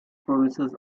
promises